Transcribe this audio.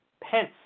Pence